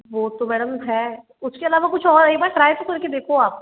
वो तो मेडम है उसके अलावा कुछ और एक बार ट्राई तो कर के देखो आप